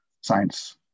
science